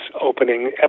opening